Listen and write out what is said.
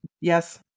Yes